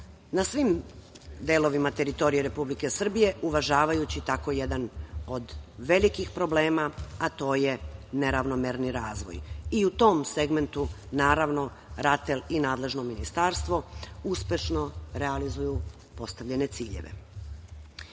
na svim delovima teritorije Republike Srbije, uvažavajući tako jedan od velikih problema, a to je neravnomerni razvoj. U tom segmentu, naravno, RATEL i nadležno ministarstvo uspešno realizuju postavljene ciljeve. Reći